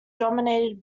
dominated